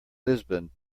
lisbon